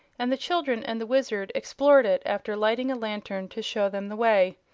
and the children and the wizard explored it after lighting a lantern to show them the way.